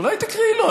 אולי תקראי לו?